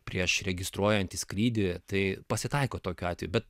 prieš registruojant į skrydį tai pasitaiko tokiu atveju bet